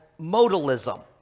modalism